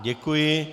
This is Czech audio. Děkuji.